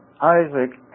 Isaac